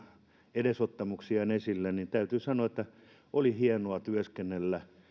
edesottamuksiaan esille niin täytyy sanoa että oli hienoa työskennellä